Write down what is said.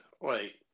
wait